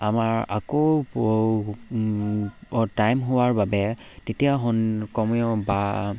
আমাৰ আকৌ টাইম হোৱাৰ বাবে তেতিয়া স কমেও বা